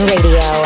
Radio